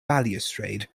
balustrade